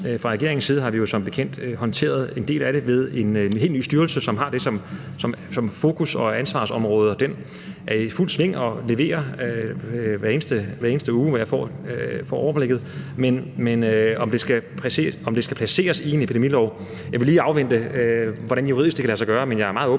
Fra regeringens side har vi jo som bekendt håndteret en del af det ved at lave en helt ny styrelse, som har det som fokus og ansvarsområde, og den er i fuld sving og leverer hver eneste uge, hvor jeg får overblikket. Men i forhold til om det skal placeres i en epidemilov, vil jeg lige afvente, hvordan det rent juridisk kan lade sig gøre, men jeg er meget åben